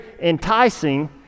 enticing